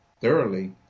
thoroughly